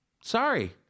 sorry